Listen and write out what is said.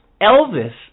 elvis